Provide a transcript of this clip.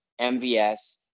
MVS